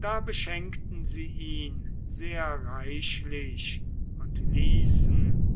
da beschenkten sie ihn sehr reichlich und ließen